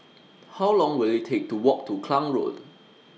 How Long Will IT Take to Walk to Klang Road